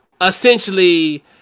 essentially